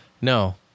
no